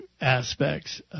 aspects